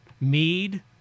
mead